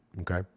Okay